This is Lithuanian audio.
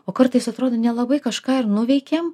o kartais atrodo nelabai kažką ir nuveikėm